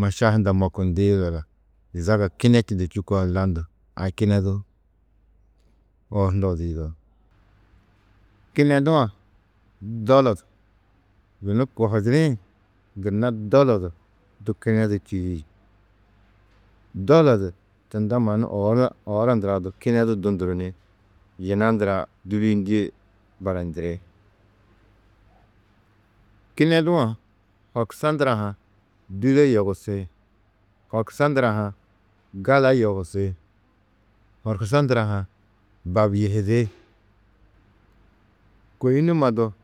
maša hunda mokindĩ zaga, zaga kinečundu čûkã ni landu, a kinedu oor hundɑ͂ du yidao. Kinedu-ã dolo, yunu kohidirĩ gunna dolo du du kinedu čîi. Dolo du tunda mannu oora ndurã du dunduru ni yina ndurã dûliyindie barandiri. Kinedu-ã horkusa ndurã ha dûle yogusi, horkusa ndurã gala yogusi, horkusa ndurã ha babyihidi, kôi numa du.